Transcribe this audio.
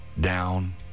down